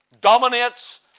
dominates